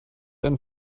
ein